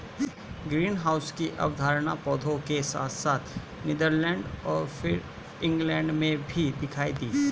greenhouse की अवधारणा पौधों के साथ साथ नीदरलैंड और फिर इंग्लैंड में भी दिखाई दी